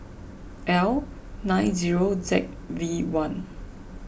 L nine zero Z V one